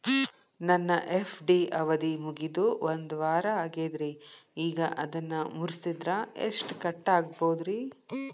ನನ್ನ ಎಫ್.ಡಿ ಅವಧಿ ಮುಗಿದು ಒಂದವಾರ ಆಗೇದ್ರಿ ಈಗ ಅದನ್ನ ಮುರಿಸಿದ್ರ ಎಷ್ಟ ಕಟ್ ಆಗ್ಬೋದ್ರಿ?